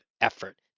effort